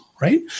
Right